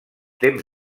temps